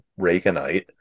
reaganite